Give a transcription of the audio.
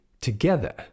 together